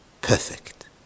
perfect